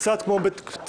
קצת כמו משפט.